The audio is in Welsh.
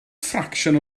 ffracsiwn